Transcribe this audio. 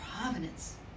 providence